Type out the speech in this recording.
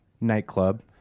nightclub